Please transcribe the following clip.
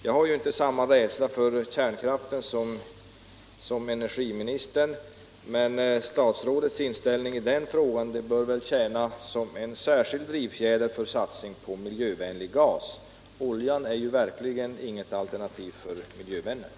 Jag har ju inte samma rädsla för kärnkraften som energiministern, men statsrådets inställning i den frågan bör väl tjäna som en särskild drivfjäder för satsning på miljövänlig gas. Oljan är verkligen inget alternativ för miljövänner.